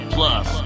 Plus